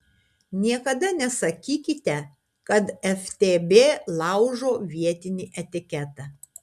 niekada nesakykite kad ftb laužo vietinį etiketą